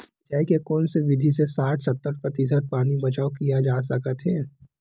सिंचाई के कोन से विधि से साठ सत्तर प्रतिशत पानी बचाव किया जा सकत हे?